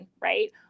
right